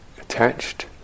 attached